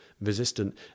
Resistant